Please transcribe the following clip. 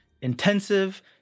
Intensive